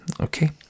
Okay